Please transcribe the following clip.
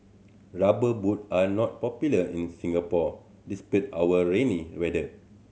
rubber boot are not popular in Singapore despite our rainy weather